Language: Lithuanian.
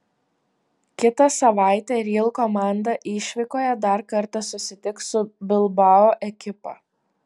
kitą savaitę real komanda išvykoje dar kartą susitiks su bilbao ekipa